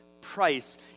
price